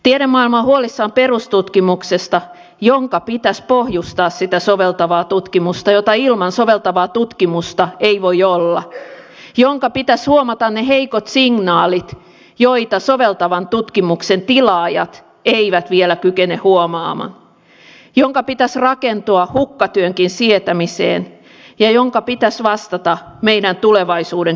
tiedemaailma on huolissaan perustutkimuksesta jonka pitäisi pohjustaa sitä soveltavaa tutkimusta jota ilman soveltavaa tutkimusta ei voi olla jonka pitäisi huomata ne heikot signaalit joita soveltavan tutkimuksen tilaajat eivät vielä kykene huomaamaan jonka pitäisi rakentua hukkatyönkin sietämiseen ja jonka pitäisi vastata meidän tulevaisuuden kysymyksiin